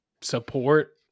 support